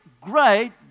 great